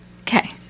Okay